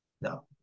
no